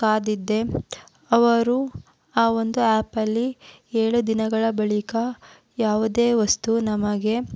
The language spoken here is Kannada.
ಕಾದಿದ್ದೆ ಅವರು ಆ ಒಂದು ಆ್ಯಪಲ್ಲಿ ಏಳು ದಿನಗಳ ಬಳಿಕ ಯಾವುದೇ ವಸ್ತು ನಮಗೆ